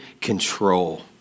control